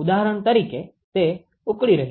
ઉદાહરણ તરીકે તે ઉકળી રહ્યું છે